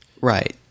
right